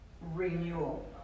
renewal